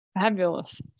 Fabulous